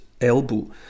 elbow